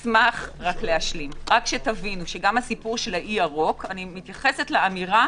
רק שתבינו שגם הסיפור של האי ירוק אני מתייחסת לאמירה